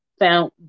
found